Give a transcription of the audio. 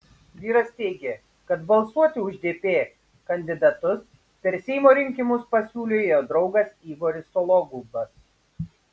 vyras teigė kad balsuoti už dp kandidatus per seimo rinkimus pasiūlė jo draugas igoris sologubas